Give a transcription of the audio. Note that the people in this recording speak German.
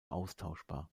austauschbar